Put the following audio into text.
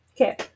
Okay